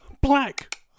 Black